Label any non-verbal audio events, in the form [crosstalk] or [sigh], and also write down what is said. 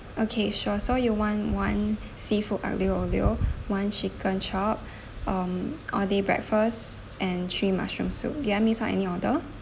okay sure so you want one [breath] seafood aglio e olio [breath] one chicken chop [breath] um all day breakfast and three mushroom soup did I miss out any order